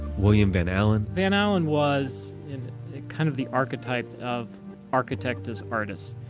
william van alen van alen was kind of the archetype of architect as artist.